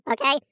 okay